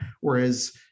Whereas